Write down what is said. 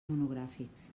monogràfics